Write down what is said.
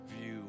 view